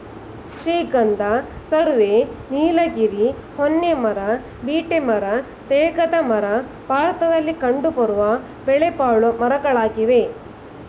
ಶ್ರೀಗಂಧ, ಸರ್ವೆ, ನೀಲಗಿರಿ, ಹೊನ್ನೆ ಮರ, ಬೀಟೆ ಮರ, ತೇಗದ ಮರ ಭಾರತದಲ್ಲಿ ಕಂಡುಬರುವ ಬೆಲೆಬಾಳುವ ಮರಗಳಾಗಿವೆ